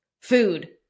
Food